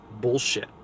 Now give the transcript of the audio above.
Bullshit